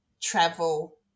travel